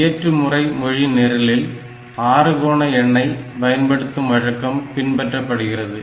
இயற்று முறை மொழி நிரலில் ஆறுகோண எண்ணை பயன்படுத்தும் வழக்கம் பின்பற்றப்படுகிறது